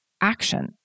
action